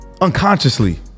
unconsciously